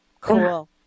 Cool